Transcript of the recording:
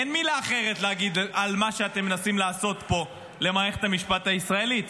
אין מילה אחרת להגיד על מה שאתם מנסים לעשות פה למערכת המשפט הישראלית.